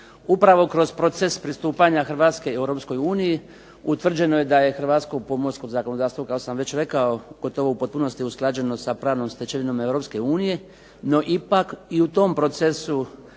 Upravo kroz proces pristupanja Hrvatske Europskoj uniji utvrđeno je da je hrvatsko pomorsko zakonodavstvo kako sam već rekao gotovo u potpunosti usklađeno sa pravnom stečevinom Europske unije. No ipak i u tom procesu